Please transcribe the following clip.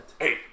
Hey